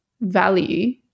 value